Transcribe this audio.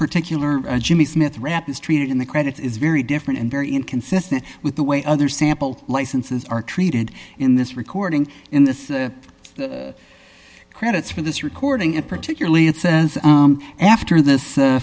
particular jimmy smith rap is treated in the credits is very different and very inconsistent with the way other sample licenses are treated in this recording in the credits for this recording and particularly it says after this